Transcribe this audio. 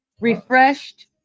refreshed